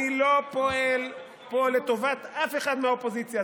אני לא פועל פה לטובת אף אחד מהאופוזיציה,